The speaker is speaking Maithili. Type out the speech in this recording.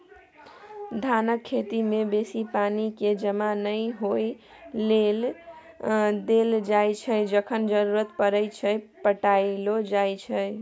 धानक खेती मे बेसी पानि केँ जमा नहि होइ लेल देल जाइ छै जखन जरुरत परय छै पटाएलो जाइ छै